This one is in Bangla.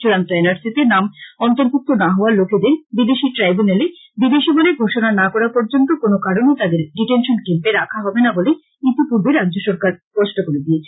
চূড়ান্ত এন আর সিতে নাম অন্তর্ভুক্ত না হওয়া লোকেদের বিদেশী ট্রাইব্যুনেল বিদেশী বলে ঘোষনা না করা পর্যন্ত কোন কারনে তাদের ডিটেনশন ক্যম্পে রাখা হবে না বলে ইতিপূর্বে রাজ্যসরকার স্পষ্ট করে দিয়েছে